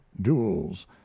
duels